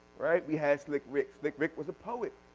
right? we had slick rick slick rick was a poet.